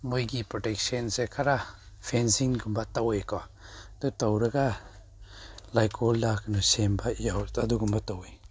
ꯃꯣꯏꯒꯤ ꯄ꯭ꯔꯣꯇꯦꯛꯁꯟꯁꯦ ꯈꯔ ꯐꯦꯟꯁꯤꯡꯒꯨꯝꯕ ꯇꯧꯏꯀꯣ ꯑꯗꯨ ꯇꯧꯔꯒ ꯂꯩꯀꯣꯜꯗ ꯀꯩꯅꯣ ꯁꯦꯝꯕ ꯑꯗꯨꯒꯨꯝꯕ ꯇꯧꯋꯤ